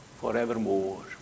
forevermore